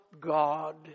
God